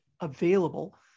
available